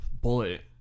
bullet